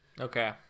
Okay